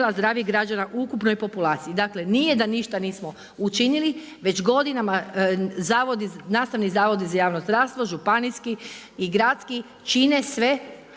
zdravih građana u ukupnoj populaciji. Dakle, nije da ništa nismo učinili. Već godinama nastavni Zavodi za javno zdravstvo, županijski i gradski čine sve